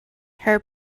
her